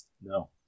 No